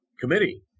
committee